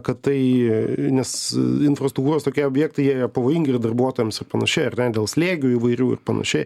kad tai nes infrastruktūros tokie objektai jie yra pavojingi ir darbuotojams ir panašiai ar ten dėl slėgių įvairių ir panašiai